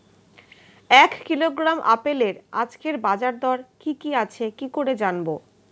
এক কিলোগ্রাম আপেলের আজকের বাজার দর কি কি আছে কি করে জানবো?